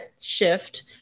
shift